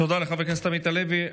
תודה לחבר הכנסת עמית הלוי.